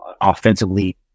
offensively